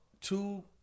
two